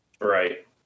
Right